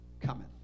cometh